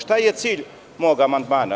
Šta je cilj mog amandmana?